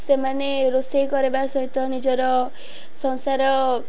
ସେମାନେ ରୋଷେଇ କରିବା ସହିତ ନିଜର ସଂସାର